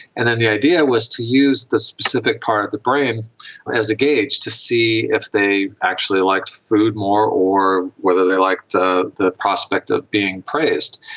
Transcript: and then the idea was to use the specific part of the brain as a gauge to see if they actually liked food more or whether they liked the the prospect of being praised.